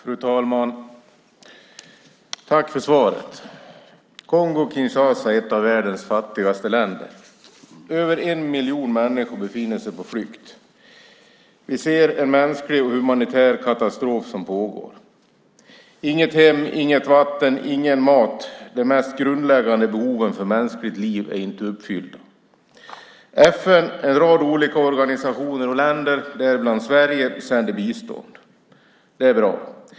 Fru talman! Jag tackar utrikesministern för svaret. Kongo Kinshasa är ett av världens fattigaste länder. Över en miljon människor befinner sig på flykt. Vi ser en mänsklig och humanitär katastrof pågå. Människor har inget hem, inget vatten, ingen mat - de mest grundläggande behoven för mänskligt liv är inte uppfyllda. FN, en rad olika organisationer och länder, däribland Sverige, sänder bistånd. Det är bra.